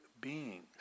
beings